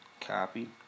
Copy